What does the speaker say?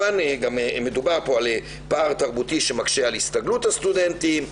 מדובר פה על פער תרבותי שמקשה על הסתגלות הסטודנטים,